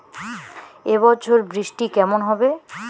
এবছর বৃষ্টি কেমন হবে?